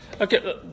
Okay